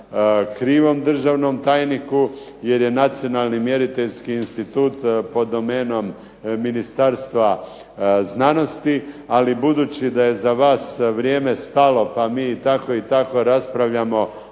krivom državnom tajniku jer je Nacionalni mjeriteljski institut pod domenom Ministarstva znanosti, ali budući da je za vas vrijeme stalo pa mi tako i tako raspravljamo